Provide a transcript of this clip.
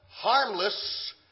harmless